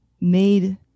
made